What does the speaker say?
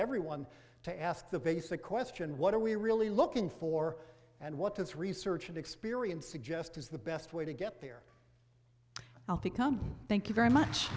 everyone to ask the basic question what are we really looking for and what this research and experience suggest is the best way to get there become thank you very much